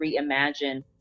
reimagine